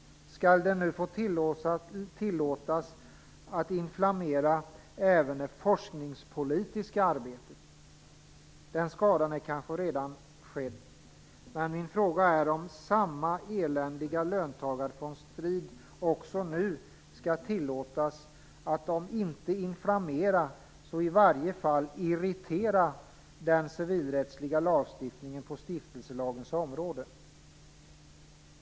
Skall den nu få tillåtas att inflammera även det forskningspolitiska arbetet? Den skadan är kanske redan skedd. Min fråga är om samma eländiga löntagarfondsstrid också nu skall tillåtas att om inte inflammera, så i varje fall irritera den civilrättsliga lagstiftningen på stiftelselagens område.